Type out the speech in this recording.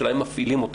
השאלה אם מפעילים אותה.